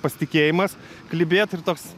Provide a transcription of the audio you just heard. pasitikėjimas klibėt ir toks